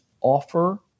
offer